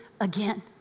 again